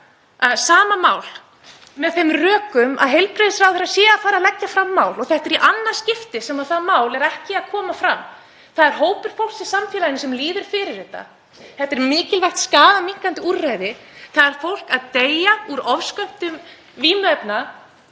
sama mál, með þeim rökum að heilbrigðisráðherra sé að fara að leggja fram mál. Þetta er í annað skipti sem það mál er ekki að koma fram. Það er hópur fólks í samfélaginu sem líður fyrir þetta. Þetta er mikilvægt skaðaminnkandi úrræði. Það er fólk að deyja af of stórum skömmtum